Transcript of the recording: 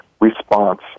response